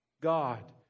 God